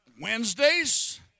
Wednesdays